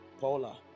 Paula